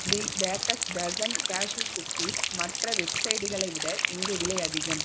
தி bakers dozen cashew cookies மற்ற வெப்சைட்களை விட இங்கே விலை அதிகம்